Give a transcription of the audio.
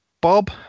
Bob